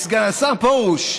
סגן השר פרוש,